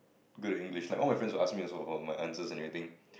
good in English like all my friends would ask me also for my answers and everything